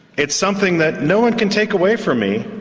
it's something that no one can take away from me,